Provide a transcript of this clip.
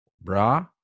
bra